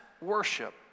worship